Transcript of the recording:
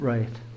Right